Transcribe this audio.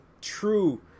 true